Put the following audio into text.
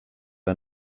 are